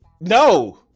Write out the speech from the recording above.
no